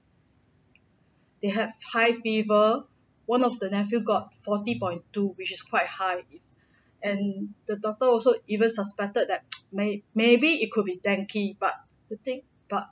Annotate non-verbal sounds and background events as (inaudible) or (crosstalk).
they had high fever one of the nephew got forty point two which is quite high and the daughter also even suspected (noise) that may maybe it could be dengue but putting but